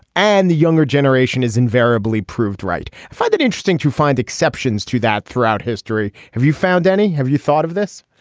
and the younger generation is invariably proved right. i find it interesting to find exceptions to that throughout history have you found any. have you thought of this.